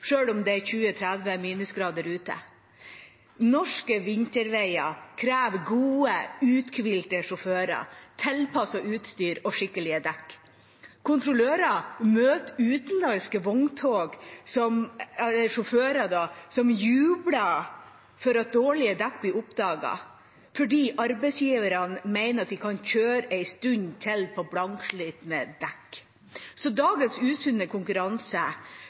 om det er 20–30 minusgrader ute. Norske vinterveier krever gode, uthvilte sjåfører, tilpasset utstyr og skikkelige dekk. Kontrollører møter utenlandske sjåfører som jubler for at dårlige dekk blir oppdaget, fordi arbeidsgiveren mener at de kan kjøre en stund til på blankslitte dekk. Så dagens usunne konkurranse